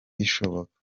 bishoboka